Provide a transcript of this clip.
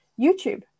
youtube